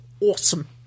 awesome